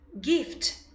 gift